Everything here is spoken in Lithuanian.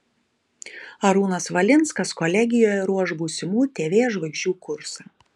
arūnas valinskas kolegijoje ruoš būsimų tv žvaigždžių kursą